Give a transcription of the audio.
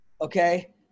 okay